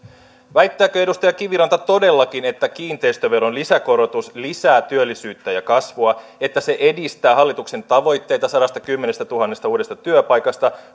väittääkö edustaja kiviranta todellakin että kiinteistöveron lisäkorotus lisää työllisyyttä ja kasvua että se edistää hallituksen tavoitteita sadastakymmenestätuhannesta uudesta työpaikasta